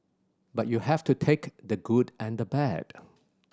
but you have to take the good and the bad